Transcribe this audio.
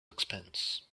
expense